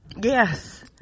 Yes